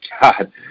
god